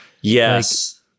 Yes